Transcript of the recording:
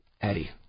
Eddie